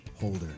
holder